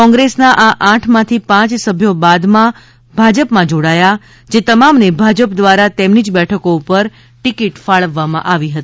કોંગ્રેસના આ આઠમાંથી પાંચ સભ્યો બાદમાં ભાજપમાં જોડાયા હતા જે તમામને ભાજપ દ્વારા તેમની જ બેઠકો ઉપર ટિકિટ ફાળવવામાં આવી હતી